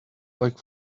like